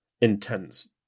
intense